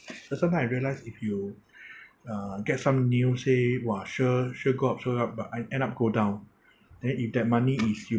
so sometimes I realise if you uh get some news say !wah! sure sure go up sure go up but e~ end up go down then if that money is you